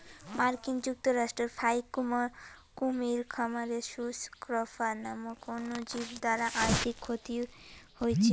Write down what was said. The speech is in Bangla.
মার্কিন যুক্তরাষ্ট্রর ফাইক কুমীর খামারে সুস স্ক্রফা নামক অণুজীব দ্বারা আর্থিক ক্ষতি হইচে